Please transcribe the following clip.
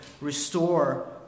restore